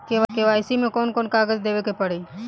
KYC मे कौन कौन कागज देवे के पड़ी?